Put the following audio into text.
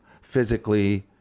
physically